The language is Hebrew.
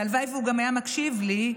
והלוואי שהוא גם היה מקשיב לי.